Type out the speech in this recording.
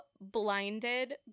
blinded